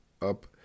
up